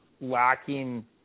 lacking